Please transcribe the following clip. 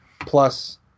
plus